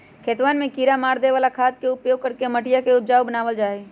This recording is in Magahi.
खेतवन में किड़ा मारे वाला खाद के उपयोग करके मटिया के उपजाऊ बनावल जाहई